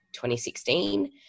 2016